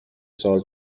سال